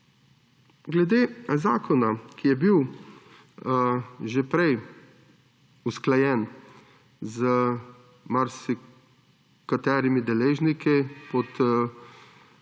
Glede zakona, ki je bil že prej usklajen z marsikaterimi deležniki pod vodstvom